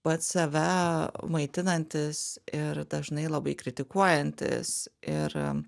pats save maitinantis ir dažnai labai kritikuojantis ir